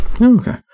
Okay